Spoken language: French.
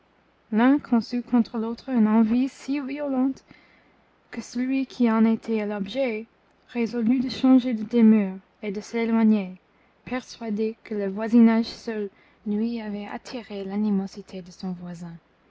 l'un conçut contre l'autre une envie si violente que celui qui en était l'objet résolut de changer de demeure et de s'éloigner persuadé que le voisinage seul lui avait attiré l'animosité de son voisin